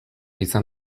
izan